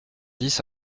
dix